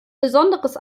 besonderes